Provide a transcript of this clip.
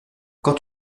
quand